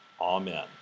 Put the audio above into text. Amen